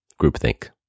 groupthink